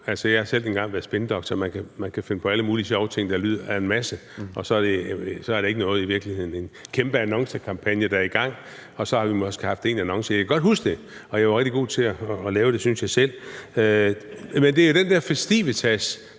jeg har selv engang været spindoktor, og man kan finde på alle mulige sjove ting, der lyder af en masse, og så er det ikke noget i virkeligheden – en kæmpe annoncekampagne, der er i gang, og så har vi måske haft én annonce i. Jeg kan godt huske det, og jeg var rigtig god til at lave det, synes jeg selv. Det er jo den der festivitas,